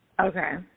Okay